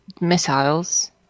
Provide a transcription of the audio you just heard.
missiles